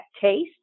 taste